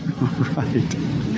Right